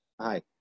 Hi